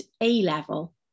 A-level